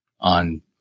on